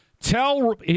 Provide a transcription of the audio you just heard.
Tell